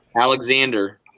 Alexander